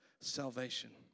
salvation